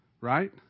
right